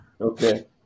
Okay